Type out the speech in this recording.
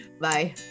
Bye